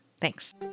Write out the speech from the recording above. Thanks